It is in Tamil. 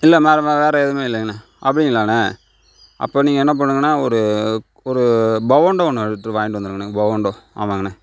இல்லை வேற வேற வேற எதுவுமே இல்லைங்கண்ணா அப்டிங்களாண்ணா அப்போது நீங்கள் என்ன பண்ணுங்கண்ணா ஒரு ஒரு பொவொண்டோ ஒன்று ஒரு லிட்ரு வாங்கிகிட்டு வந்துருங்கண்ணா பொவொண்ட்டோ ஆமாங்கண்ணா